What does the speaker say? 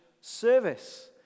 service